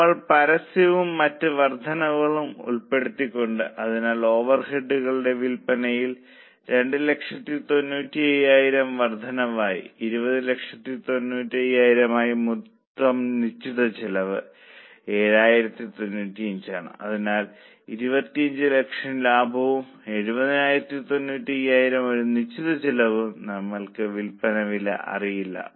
നമ്മൾ പരസ്യവും മറ്റ് വർദ്ധനകളും ഉൾപ്പെടുത്തിയിട്ടുണ്ട് അതിനാൽ ഓവർഹെഡുകളുടെ വിൽപ്പനയിൽ 295000 വർധനവുണ്ടായി 2095000 ആയി മൊത്തം നിശ്ചിത ചെലവ് 7095 ആണ് അതിനാൽ 2500000 ലാഭവും 7095000 ഒരു നിശ്ചിത ചെലവും നമ്മൾക്ക് വില്പന വില അറിയില്ല